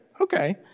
Okay